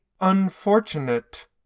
unfortunate